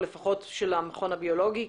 או לפחות של המכון הביולוגי,